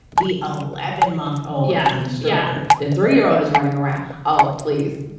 the eleven month. oh, yeah. and the starter. the three year old is running around oh, please,